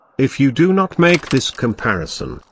if you do not make this comparison,